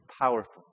powerful